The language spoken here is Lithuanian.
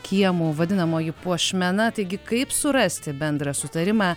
kiemų vadinamoji puošmena taigi kaip surasti bendrą sutarimą